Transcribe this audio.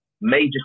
major